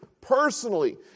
personally